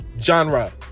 genre